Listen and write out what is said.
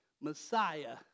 Messiah